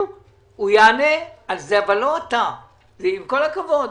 הוא יענה על זה, אבל לא אתה, עם כל הכבוד.